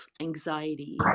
anxiety